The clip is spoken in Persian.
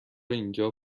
اینجا